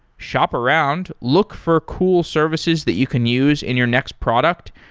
shop around, look for cool services that you can use in your next product,